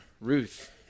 Ruth